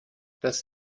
dass